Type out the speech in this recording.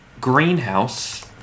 Greenhouse